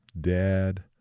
dad